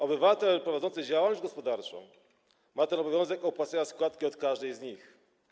Obywatel prowadzący działalność gospodarczą też ma obowiązek opłacania składki - od każdej z nich.